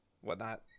whatnot